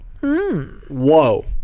whoa